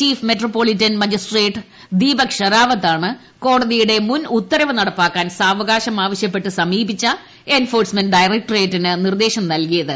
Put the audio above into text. chief metropolitan magistrate Deepak ഷെരാവത്താണ് കോടതിയുടെ മുൻ ഉത്തരവ് നടപ്പാക്കാൻ സാവകാശം ആവശ്യപ്പെട്ട് സമീപിച്ചു എൻഫോഴ്സ്മെന്റ് ഡയറക്ട്രേറ്റിന് നിർദ്ദേശം നൽകിയത്